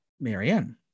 Marianne